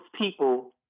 people